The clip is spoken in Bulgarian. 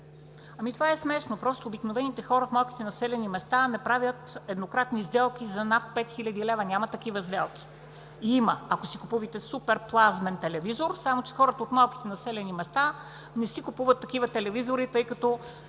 Това е смешно. Просто обикновените хора в малките населени места не правят еднократни сделки за над 5000 лв. Няма такива сделки! (Реплика.) Има, ако си купувате супер плазмен телевизор, само че хората от малките населени места не си купуват такива телевизори, тъй като